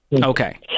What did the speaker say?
Okay